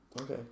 Okay